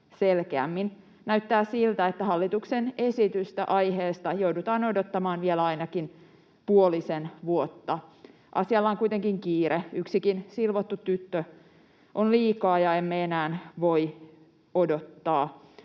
selkeämmin. Näyttää siltä, että hallituksen esitystä aiheesta joudutaan odottamaan vielä ainakin puolisen vuotta. Asialla on kuitenkin kiire. Yksikin silvottu tyttö on liikaa, ja emme enää voi odottaa.